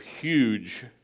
huge